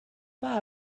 pas